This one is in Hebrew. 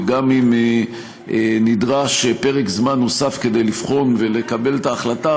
וגם אם נדרש פרק זמן נוסף כדי לבחון ולקבל את ההחלטה,